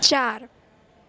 चार